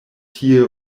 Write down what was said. tie